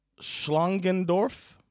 Schlangendorf